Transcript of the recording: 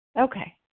Okay